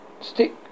stick